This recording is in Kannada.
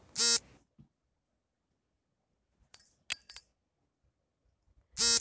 ಶಾಲಾ ಶಿಕ್ಷಣಕ್ಕೆ ಅಥವಾ ಸಣ್ಣ ವ್ಯಾಪಾರಕ್ಕೆ ಸಾಲವನ್ನು ಪಡೆಯಲು ಆದಾಯ ಪತ್ರಗಳನ್ನು ಕೊಡುವುದು ಕಡ್ಡಾಯವೇ?